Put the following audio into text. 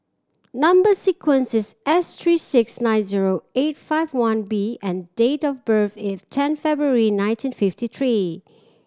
number sequence is S three six nine zero eight five one B and date of birth is ten February nineteen fifty three